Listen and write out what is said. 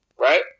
right